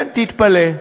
כן, תתפלא.